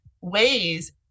ways